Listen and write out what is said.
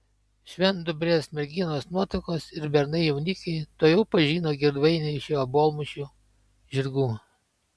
švendubrės merginos nuotakos ir bernai jaunikiai tuojau pažino girdvainį iš jo obuolmušių žirgų